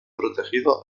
protegido